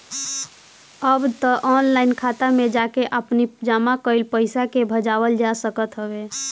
अब तअ ऑनलाइन खाता में जाके आपनी जमा कईल पईसा के भजावल जा सकत हवे